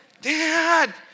Dad